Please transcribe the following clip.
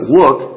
look